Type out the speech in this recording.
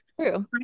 True